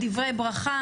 דברי ברכה,